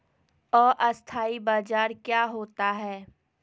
अस्थानी बाजार क्या होता है?